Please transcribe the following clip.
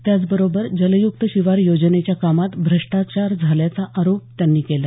त्याचबरोबर जल्य्क्त शिवार योजनेच्या कामात भ्रष्टाचार झाल्याचा आरोप केला